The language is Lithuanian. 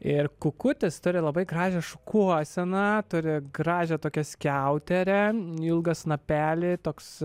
ir kukutis turi labai gražią šukuoseną turi gražią tokią skiauterę ilgą snapelį toks